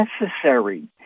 necessary